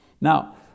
Now